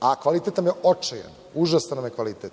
a kvalitet nam je očajan, užasan nam je kvalitet.